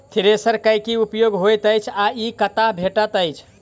Thresher केँ की उपयोग होइत अछि आ ई कतह भेटइत अछि?